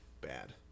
bad